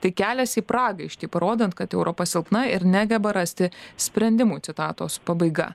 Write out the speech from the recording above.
tai kelias į pragaištį parodant kad europa silpna ir negeba rasti sprendimų citatos pabaiga